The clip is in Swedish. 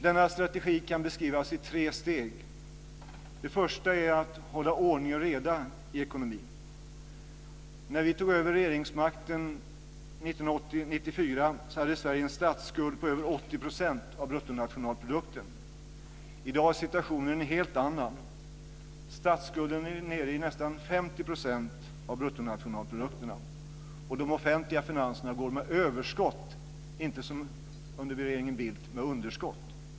Denna strategi kan beskrivas i tre steg. Det första är att hålla ordning och reda i ekonomin. När vi tog över regeringsmakten 1994 hade Sverige en statsskuld på över 80 % av bruttonationalprodukten. I dag är situationen en helt annan. Statsskulden är nere i nästan 50 % av bruttonationalprodukten, och de offentliga finanserna går med överskott, inte som under regeringen Bildt med underskott.